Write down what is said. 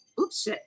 Oops